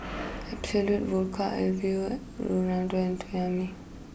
absolut Vodka Alfio and Toyomi